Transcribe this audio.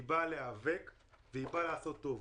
היא באה להיאבק והיא באה לעשות טוב.